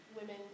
women